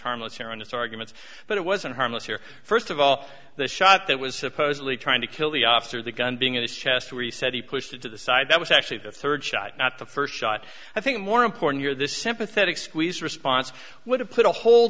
harmless error in this argument but it wasn't harmless here first of all the shot that was supposedly trying to kill the officer the gun being in its chest where he said he pushed it to the side that was actually the third shot not the first shot i think more important here this sympathetic squeeze response would have put a whole